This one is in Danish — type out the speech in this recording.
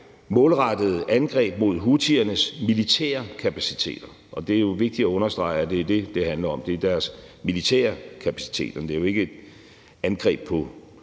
målrettede angreb mod houthiernes militære kapaciteter, og det er jo vigtigt at understrege, at det er det, det handler om, altså deres militære kapaciteter; det er jo ikke et angreb på